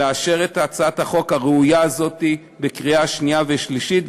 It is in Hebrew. לאשר את הצעת החוק הראויה הזאת בקריאה שנייה ושלישית,